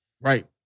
Right